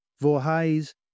Voorhees